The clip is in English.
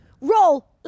roll